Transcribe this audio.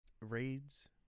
raids